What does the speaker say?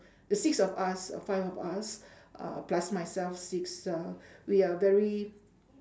the six of us or five of us uh plus myself six uh we are very